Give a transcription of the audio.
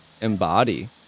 embody